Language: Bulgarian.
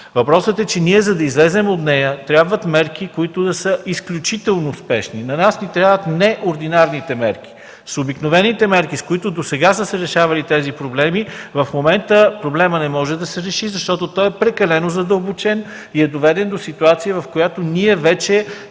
ситуация. За да излезем от нея трябват мерки, които да са изключително спешни. На нас ни трябват неординерни мерки. С обикновените мерки, с които досега са се решавали тези проблеми, в момента проблемът не може да се реши, защото е прекалено задълбочен и е доведен до ситуация, в която вече